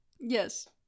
Yes